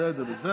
בסדר.